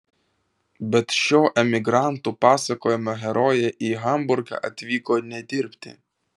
bet šio emigrantų pasakojimo herojė į hamburgą atvyko ne dirbti